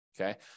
Okay